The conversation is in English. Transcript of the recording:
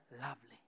lovely